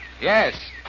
Yes